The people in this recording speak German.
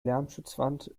lärmschutzwand